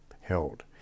held